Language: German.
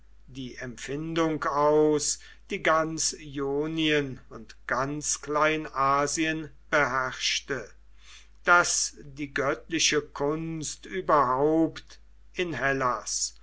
die empfindung aus die ganz ionien und ganz kleinasien beherrschte daß die göttliche kunst überhaupt in hellas